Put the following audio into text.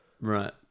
right